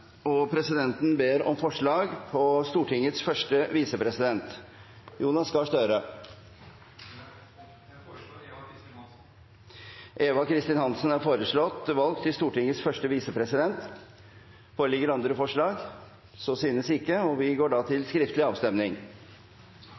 ber om forslag på Stortingets første visepresident . Jeg foreslår Eva Kristin Hansen. Eva Kristin Hansen er foreslått valgt til Stortingets første visepresident. – Andre forslag foreligger ikke. Det foretas skriftlig avstemning. Valget hadde dette resultatet: Det ble avgitt totalt 169 stemmer. Til